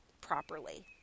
properly